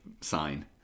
sign